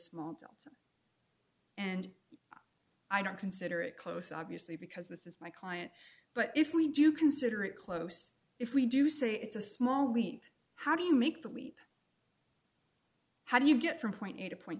small tilt and i don't consider it close obviously because this is my client but if we do consider it close if we do say it's a small leak how do you make the leap how do you get from point a to point